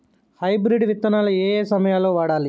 Hybrid విత్తనాలు ఏయే సమయాల్లో వాడాలి?